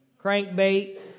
crankbait